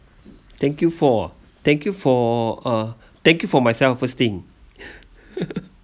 thank you for ah thank you for uh thank you for myself first thing